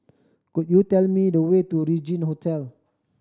could you tell me the way to Regin Hotel